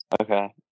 Okay